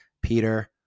Peter